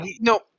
no